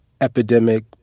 epidemic